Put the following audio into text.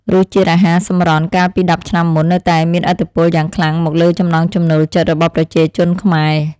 រសជាតិអាហារសម្រន់កាលពីដប់ឆ្នាំមុននៅតែមានឥទ្ធិពលយ៉ាងខ្លាំងមកលើចំណង់ចំណូលចិត្តរបស់ប្រជាជនខ្មែរ។